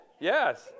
Yes